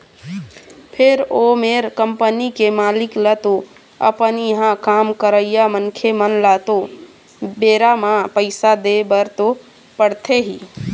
फेर ओ मेर कंपनी के मालिक ल तो अपन इहाँ काम करइया मनखे मन ल तो बेरा म पइसा देय बर तो पड़थे ही